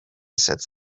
said